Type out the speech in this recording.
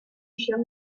show